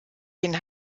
den